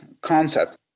concept